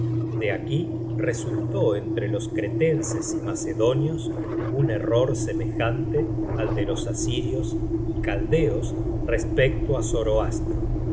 de aquí resultó entre los cretenses y mace donios un error semejante al de los asirios y caldeos respecto á